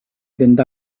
fynd